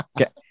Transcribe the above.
Okay